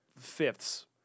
fifths